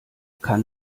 kann